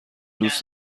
دوست